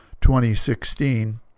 2016